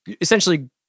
essentially